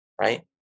right